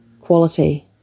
Quality